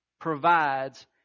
provides